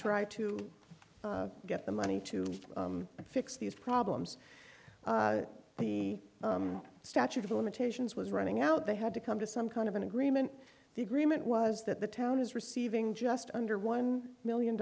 try to get the money to fix these problems the statute of limitations was running out they had to come to some kind of an agreement the agreement was that the town is receiving just under one million